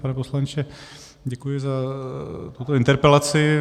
Pane poslanče, děkuji za tuto interpelaci.